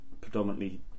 predominantly